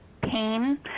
pain